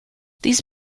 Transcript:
these